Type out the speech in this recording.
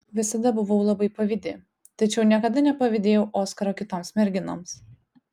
visada buvau labai pavydi tačiau niekada nepavydėjau oskaro kitoms merginoms